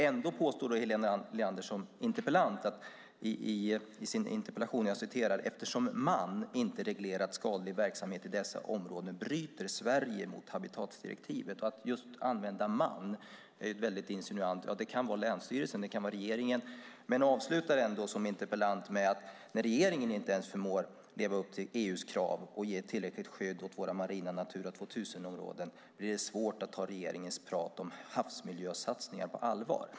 Ändå påstår Helena Leander i sin interpellation att eftersom man inte reglerat skadlig verksamhet i dessa områden bryter Sverige mot habitatdirektivet. Att just använda ordet man är väldigt insinuant. Det kan vara länsstyrelsen och det kan vara regeringen. Men hon avslutar interpellationen med att när regeringen inte ens förmår att leva upp till EU:s krav och ge tillräckligt skydd åt våra marina Natura 2000-områden blir det svårt att ta regeringens prat om havsmiljösatsningar på allvar.